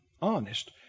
honest